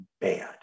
bad